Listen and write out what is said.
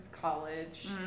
college